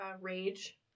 rage